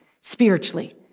spiritually